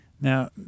Now